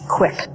quick